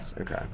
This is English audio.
Okay